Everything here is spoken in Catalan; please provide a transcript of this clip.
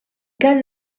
cada